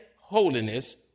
holiness